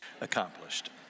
accomplished